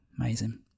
amazing